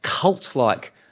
cult-like